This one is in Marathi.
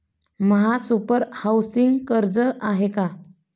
महासुपर हाउसिंग कर्ज आहे का?